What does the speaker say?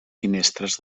finestres